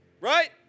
Right